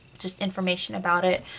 just information about it,